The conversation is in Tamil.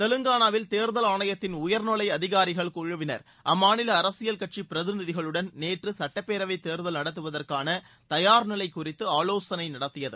தெலுங்கானாவில் தேர்தல் ஆணையத்தின் உயர்நிலை அதிகாரிகள் குழுவினர் அம்மாநில அரசியல் கட்சி பிரதிநிதிகளுடன் நேற்று சட்டப்பேரவை தோதல் நடத்துவதற்கான தயார்நிலை குறித்து ஆவோசனை நடத்தியது